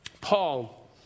Paul